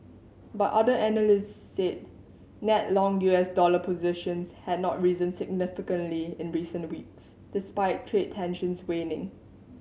but other analysts said net long U S dollar positions had not risen significantly in recent weeks despite trade tensions waning